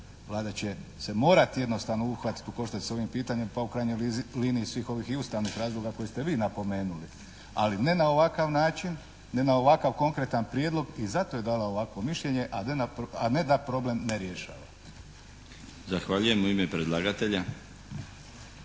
Vlada će se morati jednostavno uhvatiti u koštac sa ovim pitanjem, pa u krajnjoj liniji svih ovih i ustavnih razloga koje ste vi napomenuli. Ali ne na ovakav način, ne na ovakav konkretan prijedlog i zato je dala ovakvo mišljenje, a ne da problem ne rješava. **Milinović, Darko